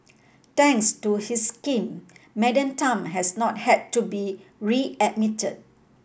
thanks to his scheme Madam Tan has not had to be readmitted